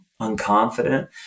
unconfident